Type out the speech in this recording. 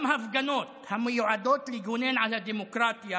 גם הפגנות המיועדות לגונן על הדמוקרטיה